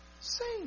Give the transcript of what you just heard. sing